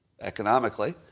economically